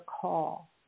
call